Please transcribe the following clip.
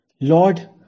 Lord